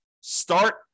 Start